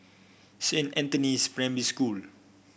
Saint Anthony's Primary School